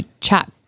Chat